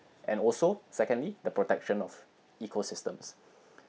and also secondly the protection of ecosystems